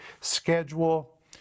schedule